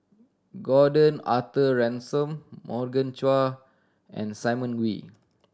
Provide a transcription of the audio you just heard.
Gordon Arthur Ransome Morgan Chua and Simon Wee